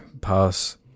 Pass